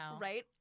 right